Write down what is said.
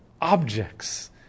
objects